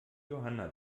johanna